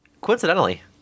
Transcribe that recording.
Coincidentally